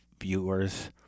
viewers